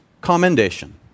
commendation